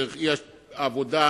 דרך העבודה,